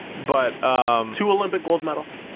but two olympic gold medals.